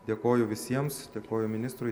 dėkoju visiems dėkoju ministrui